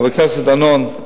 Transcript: חבר הכנסת דנון,